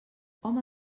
home